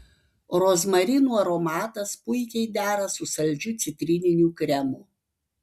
rozmarinų aromatas puikiai dera su saldžiu citrininiu kremu